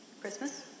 Christmas